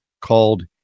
called